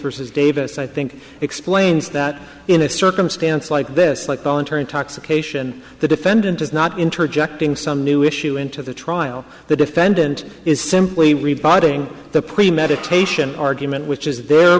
versus davis i think explains that in a circumstance like this like voluntary intoxication the defendant is not interjecting some new issue into the trial the defendant is simply rebutting the premeditation argument which